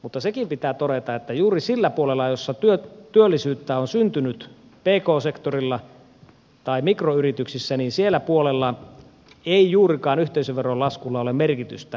mutta sekin pitää todeta että juuri sillä puolella jossa työllisyyttä on syntynyt pk sektorilla tai mikroyrityksissä ei juurikaan yhteisöveron laskulla ole merkitystä